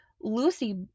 Lucy